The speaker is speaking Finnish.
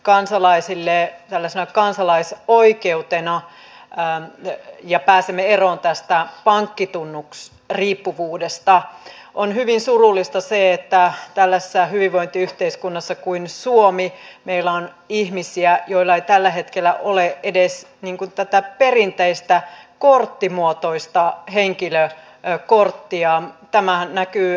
täällä nostetaan esiin uusia rahoitusratkaisuja ja todetaan että niitä on käytettävissä mutta sitten niitä ei ole haettu riittävästi ja erikseen todetaan että ei ole haettu sen takia että ne voidaan kohdistaa vain ratahankkeisiin